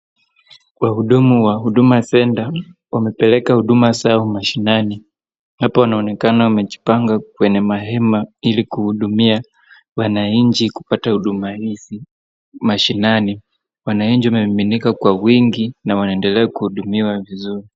Wahudumu wa Huduma Center wamepeleka huduma zao mashinani. Hapa wanaonekana wamejipanga kwenye mahema ili kuhudumia wananchi kupata huduma hizi mashinani. Wananchi wamemiminika kwa wingi na wanaendelea kuhudumiwa vizuri.